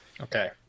Okay